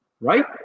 right